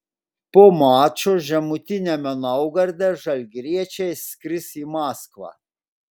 po mačo žemutiniame naugarde žalgiriečiai skris į maskvą